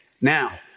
Now